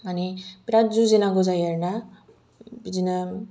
माने बिराद जुजिनांगौ जायो आरो ना बिदिनो